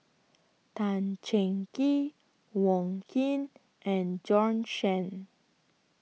Tan Cheng Kee Wong Keen and Bjorn Shen